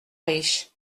riche